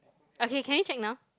okay can you check now